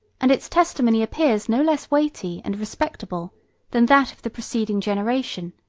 and its testimony appears no less weighty and respectable than that of the preceding generation,